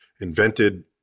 invented